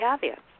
caveats